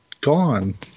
gone